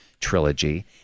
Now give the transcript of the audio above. trilogy